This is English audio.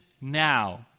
now